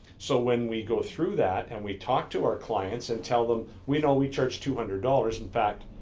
so when we go through that and we talk to our clients and tell them, we know we charge two hundred dollars, in fact,